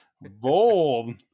Bold